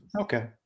Okay